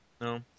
No